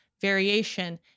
variation